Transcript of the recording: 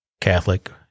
Catholic